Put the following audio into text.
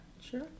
Sure